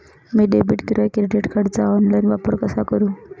मी debit किंवा credit कार्डचा online वापर कसा करु?